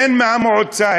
הן מהמועצה,